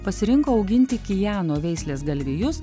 pasirinko auginti kiano veislės galvijus